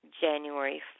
January